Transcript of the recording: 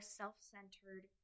self-centered